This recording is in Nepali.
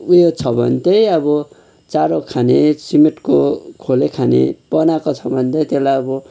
ऊ यो छ भने चाहिँ अब चारो खाने सिमेन्टको खोले खाने बनाएको छ भने चाहिँ त्यसलाई अब